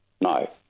No